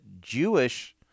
Jewish